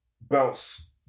bounce